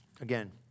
again